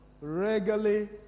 Regularly